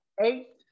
eight